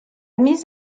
mise